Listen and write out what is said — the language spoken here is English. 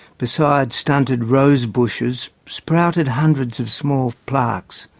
beside stunted rose bushes sprouted hundreds of small plaques.